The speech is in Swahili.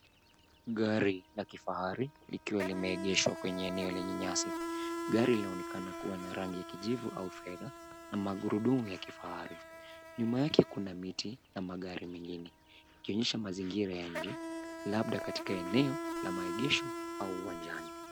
Gari la kifahari likiwa limeegeshwa kwenye eneo lenye nyasi. Gari linaonekana kuwa na rangi ya kijivu au fedha na magurudumu ya kifahari. Nyuma yake kuna miti na magari mengine ikionyesha mazingira ya nje labda katika eneo la maegesho au uwanjani.